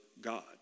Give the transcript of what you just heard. God